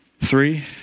Three